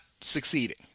succeeding